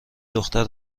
دختر